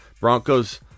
Broncos